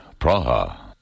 Praha